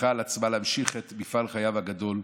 לקחה על עצמה להמשיך את מפעל חייו הגדול,